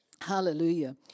Hallelujah